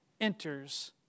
enters